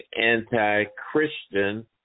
anti-Christian